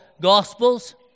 Gospels